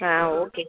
ஓகேங்க